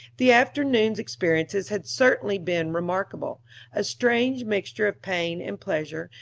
the afternoon's experiences had certainly been remarkable a strange mixture of pain and pleasure,